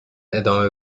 ادامه